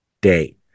day